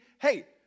hey